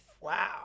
Wow